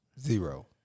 Zero